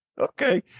okay